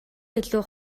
илүү